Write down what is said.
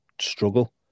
struggle